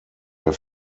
der